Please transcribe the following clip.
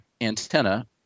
antenna